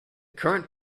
current